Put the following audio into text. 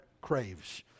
craves